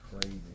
crazy